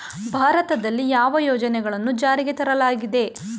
ಭಾರತದಲ್ಲಿ ಯಾವ ಯೋಜನೆಗಳನ್ನು ಜಾರಿಗೆ ತರಲಾಗಿದೆ?